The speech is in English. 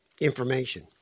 information